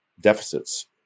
deficits